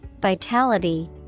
vitality